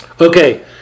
okay